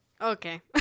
Okay